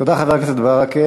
תודה, חבר הכנסת ברכה.